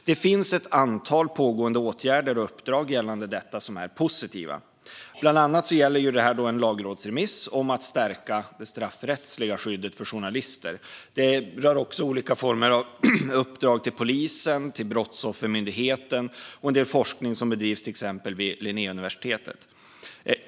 Det pågår ett antal åtgärder och uppdrag gällande detta som är positiva, bland annat en lagrådsremiss om att stärka det straffrättsliga skyddet för journalister. Det rör också olika former av uppdrag till polisen och Brottsoffermyndigheten och en del forskning, till exempel vid Linnéuniversitetet.